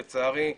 לצערי.